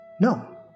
no